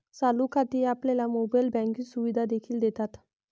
चालू खाती आपल्याला मोबाइल बँकिंग सुविधा देखील देतात